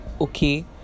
okay